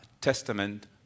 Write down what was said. testament